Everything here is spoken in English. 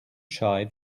shy